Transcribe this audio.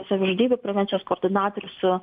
savižudybių prevencijos koordinatorių su